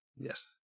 Yes